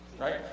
right